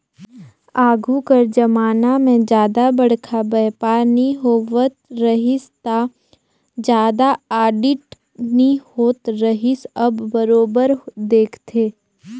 आघु कर जमाना में जादा बड़खा बयपार नी होवत रहिस ता जादा आडिट नी होत रिहिस अब बरोबर देखथे